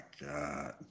God